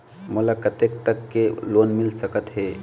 मोला कतेक तक के लोन मिल सकत हे?